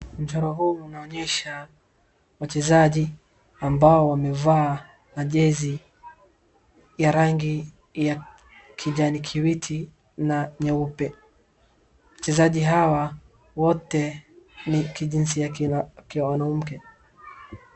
Mchoro huu unaonyesha wachezaji ambao wamevaa jezi ya rangi ya kijani kibichi na nyeupe. Wachezaji hawa wote ni jinsi ya kiwanamke.